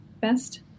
Best